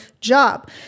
job